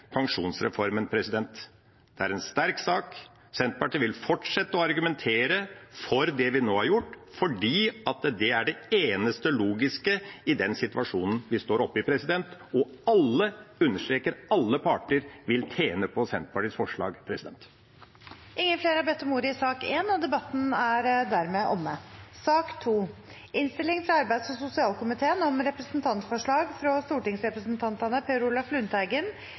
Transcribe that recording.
pensjonsreformen. Dette er en sterk sak. Senterpartiet vil fortsette å argumentere for det vi nå har gjort, fordi det er det eneste logiske i den situasjonen vi står oppe i, og alle parter – jeg understreker alle parter – vil tjene på Senterpartiets forslag. Flere har ikke bedt om ordet til sak nr. 1. Etter ønske fra arbeids- og sosialkomiteen